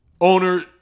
owner